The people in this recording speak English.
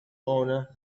owner